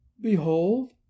Behold